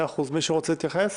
מישהו רוצה להתייחס?